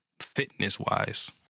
fitness-wise